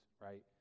right